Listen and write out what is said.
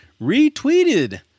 retweeted